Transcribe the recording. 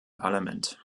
parlament